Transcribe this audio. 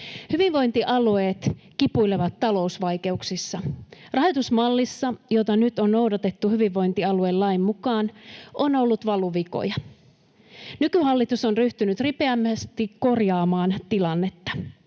Hyvinvointialueet kipuilevat talousvaikeuksissa. Rahoitusmallissa, jota nyt on noudatettu hyvinvointialuelain mukaan, on ollut valuvikoja. Nykyhallitus on ryhtynyt ripeästi korjaamaan tilannetta.